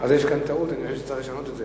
אז יש כאן טעות, אני מבין שצריך לשנות את זה.